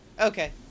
okay